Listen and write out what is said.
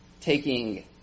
taking